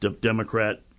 Democrat